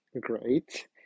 great